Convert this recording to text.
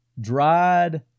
dried